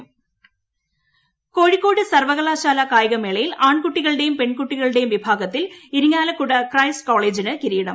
കായികമേള കിരീടം കോഴിക്കോട് സർവകലാശാല കായികമേളയിൽ ആൺകുട്ടികളുടെയും പെൺകുട്ടികളുടെയും വിഭാഗത്തിൽ ഇരിങ്ങാലക്കുട ക്രൈസ്റ്റ് കോളേജിന് കിരീടം